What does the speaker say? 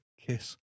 Kiss